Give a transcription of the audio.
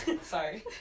Sorry